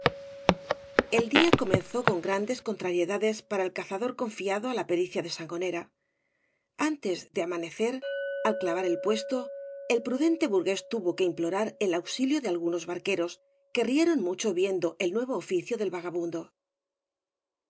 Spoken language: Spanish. el día comenzó con grandes eoiítrariedadea para ei cazador cocfiado á la pericia de sangoñera antes de amanecer al clavar el puesto el prudente burgués tuvo que implorar el auxilio de algunos barquerob que rieron mucho viendo el nuevo oficio del vagabundo